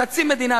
חצי מדינה,